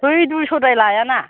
है दुइ स' द्राय लायाना